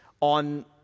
on